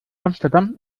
amsterdam